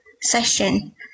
session